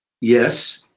yes